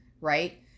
right